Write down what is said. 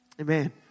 Amen